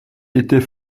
était